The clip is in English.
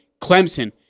Clemson